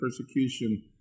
persecution